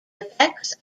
effects